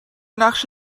نقش